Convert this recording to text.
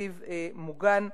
תקציב מוגן.